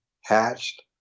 hatched